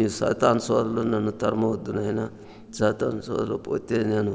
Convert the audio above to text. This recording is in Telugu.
ఈ సాతాను శోధనలో నన్ను తరమద్దు నాయన సాతాను శోధనలోకి పోతే నేను